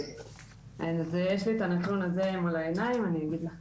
אני אגיד לך